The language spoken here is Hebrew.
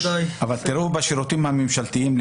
אבל בשירותים הממשלתיים,